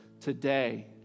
Today